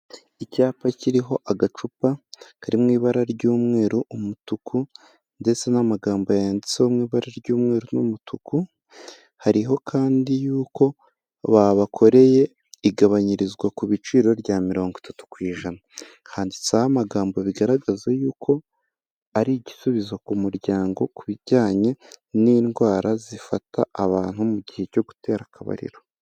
Icyapa kiriho agacupa kari mw'ibara ry'umweru, umutuku, ndetse n'amagambo yatseho mu ibara ry'umweru n'umutuku, hariho kandi yuko babakoreye igabanyirizwa ku biciro rya mirongo itatu ku ijana. Handitseho amagambo bigaragaza yuko, ari igisubizo ku muryango ku bijyanye n'indwara zifata abantu mu gihe cyo gutera akabariro.